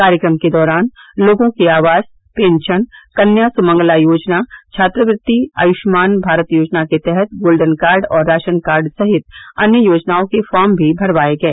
कार्यक्रम के दौरान लोगों के आवास पेंशन कन्या सुमंगला योजना छात्रवृत्ति आयुष्मान भारत योजना के तहत गोल्डन कार्ड और राशन कार्ड सहित अन्य योजनाओं के फॉर्म भी भरवाए गए